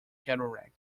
cataract